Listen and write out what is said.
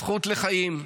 הזכות לחיים,